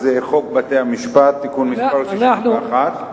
חוק בתי-המשפט (תיקון מס' 61),